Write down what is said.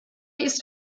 ist